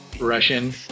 Russian